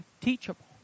Teachable